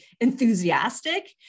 enthusiastic